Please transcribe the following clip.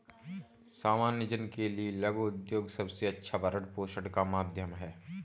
सामान्य जन के लिये लघु उद्योग सबसे अच्छा भरण पोषण का माध्यम है